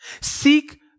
Seek